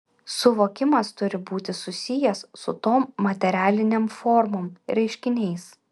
suvokimas turi būti susijęs su tom materialinėm formom reiškiniais